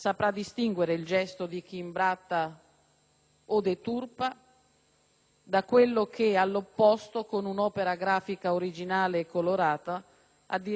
da quello che, all'opposto, con un'opera grafica originale e colorata, addirittura migliora l'aspetto di certi manufatti grigi e tristi.